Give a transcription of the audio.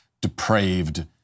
depraved